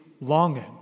longing